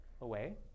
away